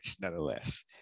nonetheless